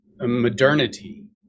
modernity